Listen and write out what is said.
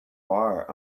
bar